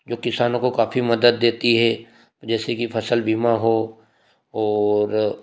जो किसानों को काफी मदद देती है जैसे कि फसल बीमा हो और